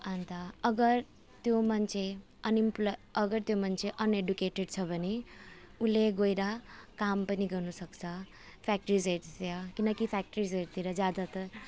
अन्त अगर त्यो मान्छे अनएम्प्लोइड अगर त्यो मान्छे अनएडुकेटेट छ भने उसले गएर काम पनि गर्नुसक्छ फ्याक्ट्रिजहरूतिर किनकि फ्याक्ट्रिजहरूतिर ज्यादा त